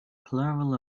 plural